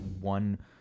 one